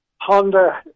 Honda